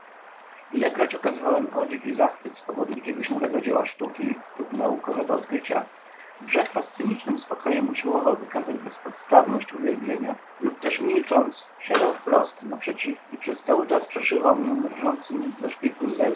ilekroć okazywałem podziw i zachwyt z powodu jakiegoś nowego dzieła sztuki lub naukowego odkrycia brzechwa z cynicznym spokojem usiłował wykazać bezpodstawność uwielbienia lub też milcząc siadał wprost naprzeciw i przez cały czas przeszywał mnie mrożącym do szpiku